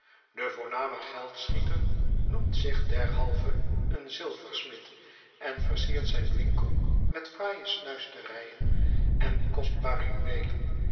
de voorname geldschieter noemt zich derhalve een zilversrnid en versiert zijn winkel met fraaie snuisterijen en kostbare juweelen